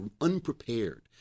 unprepared